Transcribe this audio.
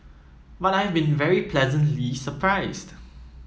but I've been very pleasantly surprised